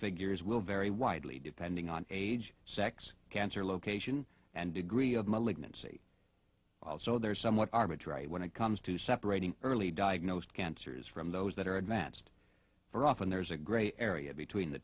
figures will vary widely depending on age sex cancer location and degree of malignancy so they're somewhat arbitrary when it comes to separating early diagnosed cancers from those that are advanced for often there's a grey area between the